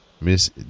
Miss